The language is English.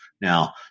Now